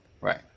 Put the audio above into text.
Right